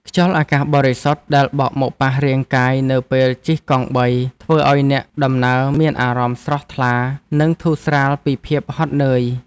ខ្យល់អាកាសបរិសុទ្ធដែលបក់មកប៉ះរាងកាយនៅពេលជិះកង់បីធ្វើឱ្យអ្នកដំណើរមានអារម្មណ៍ស្រស់ថ្លានិងធូរស្រាលពីភាពហត់នឿយ។